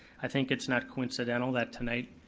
i think it's not coincidental that tonight,